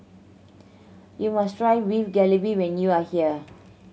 you must try Beef Galbi when you are here